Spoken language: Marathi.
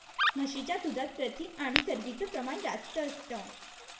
म्हशीच्या दुधात प्रथिन आणि चरबीच प्रमाण जास्त असतं